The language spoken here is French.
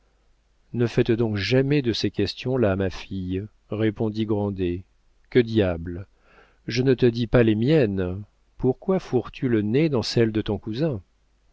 ne fais donc jamais de ces questions-là ma fille répondit grandet que diable je ne te dis pas les miennes pourquoi fourres tu le nez dans celles de ton cousin